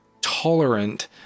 tolerant